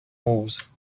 moves